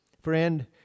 Friend